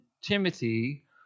Timothy